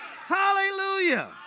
Hallelujah